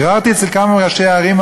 ביררתי אצל כמה מראשי הערים,